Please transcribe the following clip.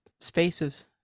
spaces